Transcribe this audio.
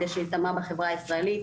כדי שייטמע בחברה הישראלית,